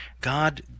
God